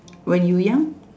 when you young